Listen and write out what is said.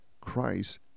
Christ